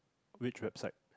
which website